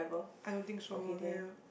I don't think so ya